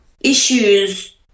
issues